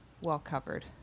well-covered